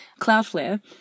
Cloudflare